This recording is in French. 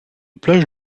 plages